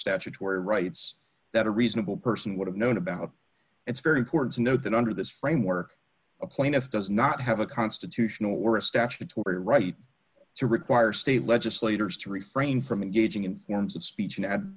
statutory rights that a reasonable person would have known about it's very important to know that under this framework a plaintiff does not have a constitutional or a statutory right to require state legislators to refrain from engaging in forms of speech